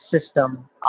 system